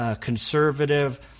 conservative